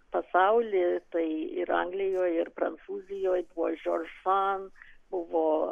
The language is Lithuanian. pasauly tai ir anglijoje ir prancūzijoje buvo žorž sant buvo